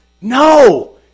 No